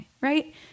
right